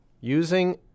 using